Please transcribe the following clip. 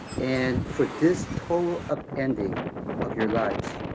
and for this total upending of your lives,